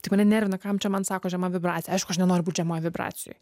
tai mane nervina kam čia man sako žema vibracija aišku aš nenoriu būt žemoj vibracijoj